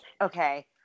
Okay